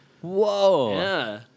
Whoa